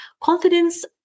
Confidence